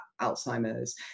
Alzheimer's